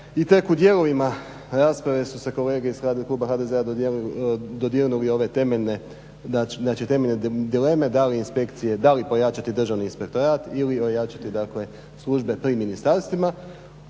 i tek u dijelovima rasprave su se kolege iz kluba HDZ-a dodirnuli ove temeljne, znači temeljne dileme da li inspekcije, da li pojačati Državni inspektorat ili ojačati, dakle službe pri ministarstvima.